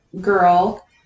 girl